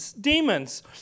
demons